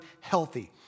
healthy